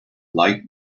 light